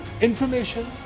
Information